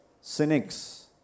cynics